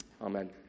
Amen